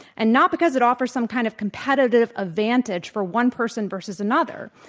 and not because it offers some kind of competitive advantage for one person versus another.